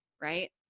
right